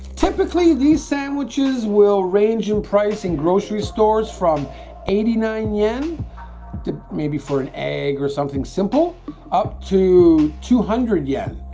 typically these sandwiches will range in price in grocery stores from eighty nine yen maybe for an egg or something simple up to two hundred yen